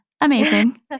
Amazing